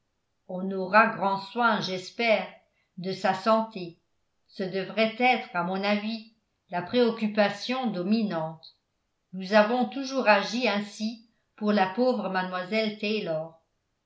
on aura grand soin j'espère de sa santé ce devrait être à mon avis la préoccupation dominante nous avons toujours agi ainsi pour la pauvre mlle taylor